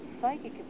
psychic